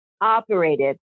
operated